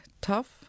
tough